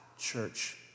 Church